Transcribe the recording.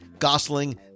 Gosling